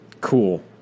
Cool